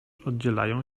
oddzielają